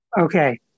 Okay